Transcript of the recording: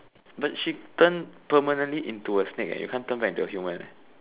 but she turn permanently into a snake eh you can't turn back into a human